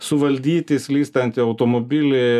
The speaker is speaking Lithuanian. suvaldyti slystantį automobilį